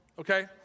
okay